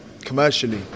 commercially